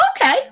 okay